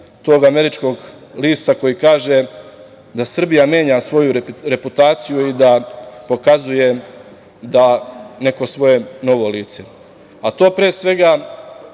tog američkog lista koji kaže da Srbija menja svoju reputaciju i da pokazuje neko svoje novo lice. To, pre svega,